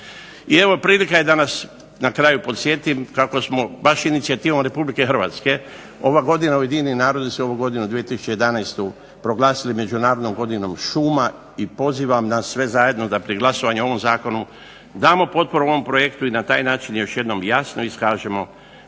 I evo prilika je da nas na kraju podsjetim kako smo baš inicijativom Republike Hrvatske, ova godina, Ujedinjeni narodi su ovu godinu 2011. proglasili međunarodnom šuma i pozivam nas sve zajedno da pri glasovanju o ovom zakonu damo potporu ovom projektu i na taj način još jednom jasno iskažemo